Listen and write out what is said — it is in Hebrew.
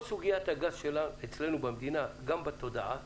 כל סוגיית הגז אצלנו במדינה, גם בתודעה,